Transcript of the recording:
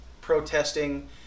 protesting